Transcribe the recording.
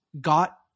got